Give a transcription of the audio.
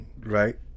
Right